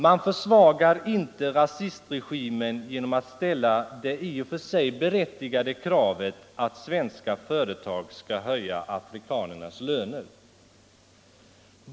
Man försvagar inte rasismregimen genom att ställa det i och för sig berättigade kravet att svenska företag skall höja afrikanernas löner.